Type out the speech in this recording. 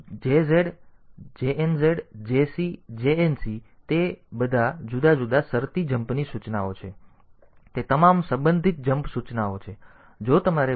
તેથી આ JZ JNZ JC JNC તેથી તે બધા જુદા જુદા શરતી જમ્પની સૂચનાઓ છે અને તે તમામ સંબંધિત જમ્પ સૂચનાઓ છે